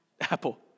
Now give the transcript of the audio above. Apple